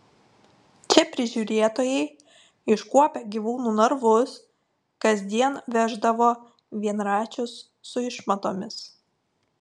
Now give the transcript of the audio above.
čia prižiūrėtojai iškuopę gyvūnų narvus kasdien veždavo vienračius su išmatomis